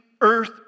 earth